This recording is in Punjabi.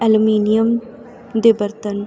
ਐਲਮੀਨੀਅਮ ਦੇ ਬਰਤਨ